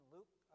Luke